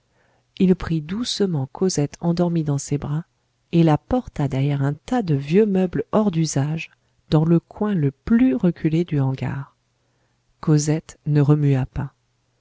et le livrerait il prit doucement cosette endormie dans ses bras et la porta derrière un tas de vieux meubles hors d'usage dans le coin le plus reculé du hangar cosette ne remua pas